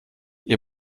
ihr